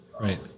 right